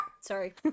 Sorry